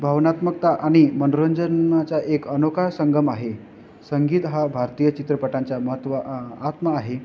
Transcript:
भावनात्मकता आणि मनोरंजनाचा एक अनोखा संगम आहे संगीत हा भारतीय चित्रपटांचा महत्वा आत्म आहे